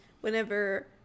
whenever